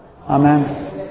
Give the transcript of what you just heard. Amen